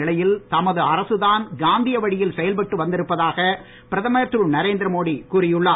நிலையில் தமது அரசுதான் காந்திய வழியில் செயல்பட்டு வந்திருப்பதாக பிரதமர் திரு நரேந்திரமோடி கூறி உள்ளார்